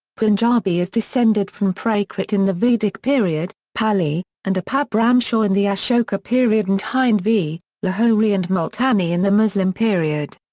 punjabi is descended from prakrit in the vedic period, pali, and apabhramsha in the ashoka period and hindvi, lahori and multani in the muslim period.